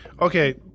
Okay